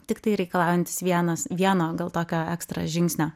tiktai reikalaujantis vienas vieno gal tokio ekstra žingsnio